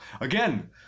Again